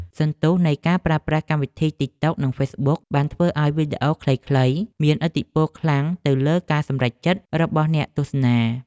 សន្ទុះនៃការប្រើប្រាស់កម្មវិធីតិកតុក និងហ្វេសប៊ុកបានធ្វើឱ្យវីដេអូខ្លីៗមានឥទ្ធិពលខ្លាំងទៅលើការសម្រេចចិត្តរបស់អ្នកទស្សនា។